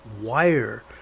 wire